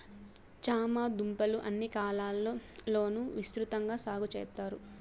చామ దుంపలు అన్ని కాలాల లోనూ విసృతంగా సాగు చెత్తారు